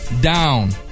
down